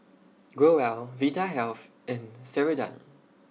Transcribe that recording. Growell Vitahealth and Ceradan